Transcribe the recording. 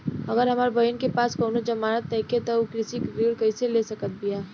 अगर हमार बहिन के पास कउनों जमानत नइखें त उ कृषि ऋण कइसे ले सकत बिया?